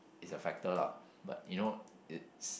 is a factor lah but you know it's